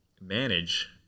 manage